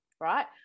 right